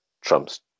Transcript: Trump's